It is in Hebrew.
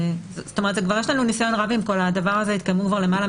יש לנו כבר ניסיון רב עם כל הדבר הזה.